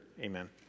Amen